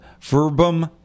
Verbum